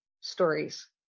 stories